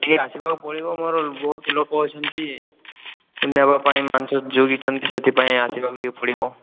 ଟିକିଏ ଆସିବାକୁ ପଡ଼ିବ ମୋର ବହୁତ ଲୋକ ଅଛନ୍ତି ନେବା ପାଇଁ ମାଂସ ଜଗିଛନ୍ତି ସେଥିପାଇଁ ଆସିବାକୁ ଟିକିଏ ପଡ଼ିବ